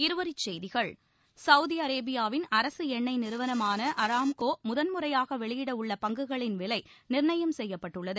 இருவரி செய்திகள் சவுதி அரேபியாவின் அரசு எண்ணெய் நிறுவனமான அராம்கோ முதன்முறையாக வெளியிட உள்ள பங்குகளுக்கான விலை நிர்ணயம் செய்யப்பட்டுள்ளது